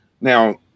Now